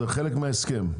זה חלק מההסכם.